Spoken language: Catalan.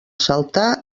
saltar